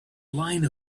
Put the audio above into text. line